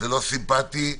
לא סימפטי.